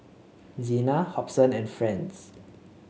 Zena Hobson and Franz